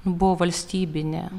buvo valstybinė